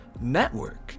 network